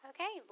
Okay